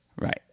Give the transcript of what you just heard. right